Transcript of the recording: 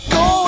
go